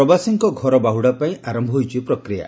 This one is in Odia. ପ୍ରବାସୀଙ୍କ ଘରବାହୁଡ଼ାପାଇଁ ଆରମ୍ଭ ହୋଇଛି ପ୍ରକ୍ରିୟା